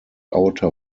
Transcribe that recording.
outer